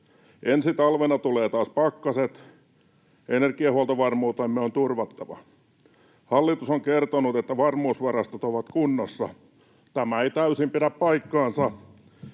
Ensi talvena tulevat taas pakkaset, energiahuoltovarmuutemme on turvattava. Hallitus on kertonut, että varmuusvarastot ovat kunnossa. Tämä ei täysin pidä paikkaansa.